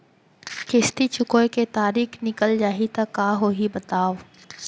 किस्ती चुकोय के तारीक निकल जाही त का होही बताव?